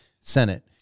Senate